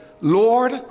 Lord